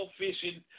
fishing